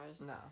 No